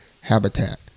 habitat